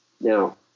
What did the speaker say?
Now